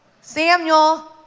Samuel